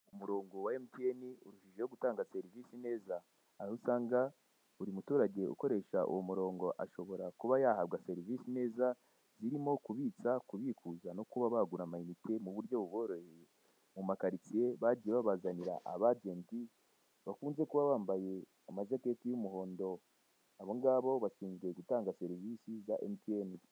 Umurongo wa mtn urushijeho gutanga serivise neza, aho usanga buri muturage ukoresha uwo murongo ashobora kuba yahabwa serivisi neza zirimo kubitsa, kubikuza, no kuba bagura amayinite ku buryo buboroheye, mu makaritsiye bagiye babazanira abajeti bakunze kuba bambaye amajaketi y'umuhondo, abo ngabo bashinzwe gutanga serivisi za mtn.